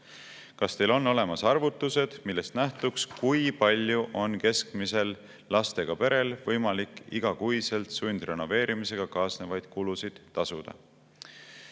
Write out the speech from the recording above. Kas teil on olemas arvutused, millest nähtuks, kui palju on keskmisel lastega perel võimalik igakuiselt sundrenoveerimisega kaasnevaid kulusid tasuda?